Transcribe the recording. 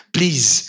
Please